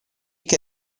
che